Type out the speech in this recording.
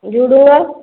ଝୁଡ଼ୁଙ୍ଗ